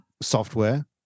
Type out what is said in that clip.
software